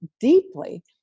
deeply